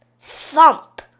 Thump